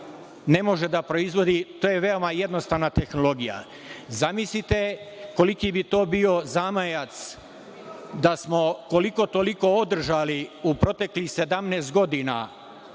ne može da proizvodi. To je veoma jednostavna tehnologija. Zamislite koliki bi to bio zamajac da smo, koliko toliko, održali u proteklih 17 godina